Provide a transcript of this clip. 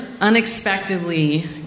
unexpectedly